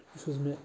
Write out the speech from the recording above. یُس حظ مےٚ